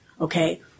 Okay